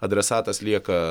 adresatas lieka